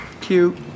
cute